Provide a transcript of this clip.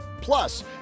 Plus